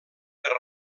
per